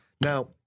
Now